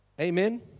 Amen